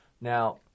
Now